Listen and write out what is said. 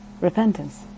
Repentance